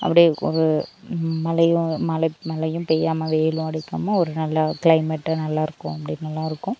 அப்டி ஒரு மழையும் மழை மழையும் பெய்யாமல் வெயிலும் அடிக்காமல் ஒரு நல்ல கிளைமேட்டு நல்லாயிருக்கும் அப்படி நல்லாயிருக்கும்